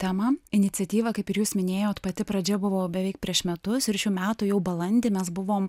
tema iniciatyva kaip ir jūs minėjot pati pradžia buvo beveik prieš metus ir šių metų jau balandį mes buvom